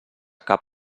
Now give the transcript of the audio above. cap